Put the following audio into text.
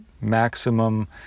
maximum